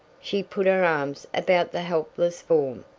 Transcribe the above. she put her arms about the helpless form.